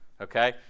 okay